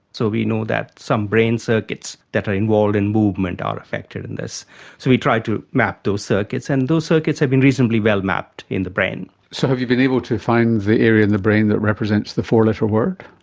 so we know that some brain circuits that are involved in movement are affected in this. so we try to map those circuits, and those circuits have been reasonably well mapped in the brain. so have you been able to find the area in the brain that represents the four-letter word?